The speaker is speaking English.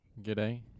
G'day